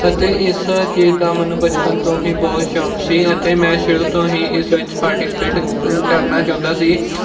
ਅਤੇ ਇਸ ਚੀਜ਼ ਦਾ ਮੈਨੂੰ ਬਚਪਨ ਤੋਂ ਹੀ ਬਹੁਤ ਸ਼ੌਕ ਸੀ ਅਤੇ ਮੈਂ ਸ਼ੁਰੂ ਤੋਂ ਹੀ ਇਸ ਵਿੱਚ ਪਾਰਟੀਸਪੇਟ ਕਰਨਾ ਚਾਹੁੰਦਾ ਸੀ